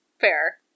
Fair